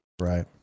Right